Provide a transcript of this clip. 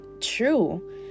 true